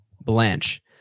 Blanche